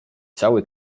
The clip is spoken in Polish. cały